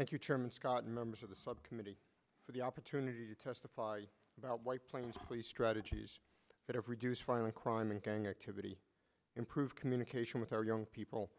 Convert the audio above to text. thank you chairman scott members of the subcommittee for the opportunity to testify about why planes please strategies that have reduce violent crime and gang activity improve communication with our young people